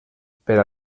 per